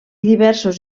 diversos